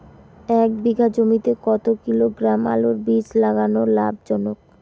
এক বিঘা জমিতে কতো কিলোগ্রাম আলুর বীজ লাগা লাভজনক?